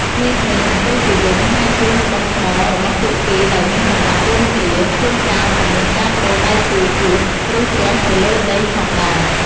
ក្មេងៗអង្គុយជាវង់ ហើយគោះដុំថ្មរបស់ពួកគេដោយមានចង្វាក់រួមគ្នា ជួនកាលក៏មានការប្ដូរដៃគូគោះ ឬទះទៅលើដីផងដែរ។